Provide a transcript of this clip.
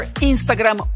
Instagram